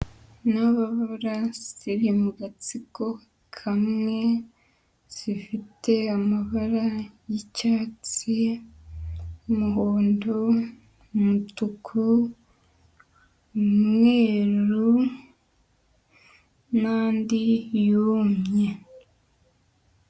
Intababara ziri mu gatsiko kamwe zifite amabara y'icyatsi, umuhondo, umutuku, umweru n'andi yumye.